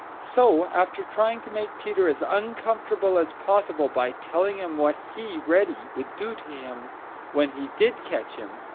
so, after trying to make peter as uncomfortable as possible by telling him what he, reddy, would do to him when he did catch him,